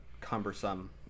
cumbersome